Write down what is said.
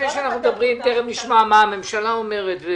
לפני שאנחנו מדברים, תיכף נשמע מה הממשלה אומרת.